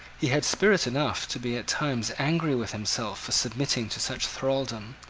he had spirit enough to be at times angry with himself for submitting to such thraldom,